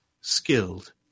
skilled